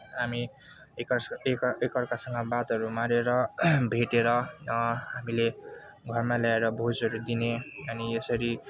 हामी एकास एकअर्कासँग बातहरू मारेर भेटेर हामीले घरमा ल्याएर भोजहरू दिने अनि यसरी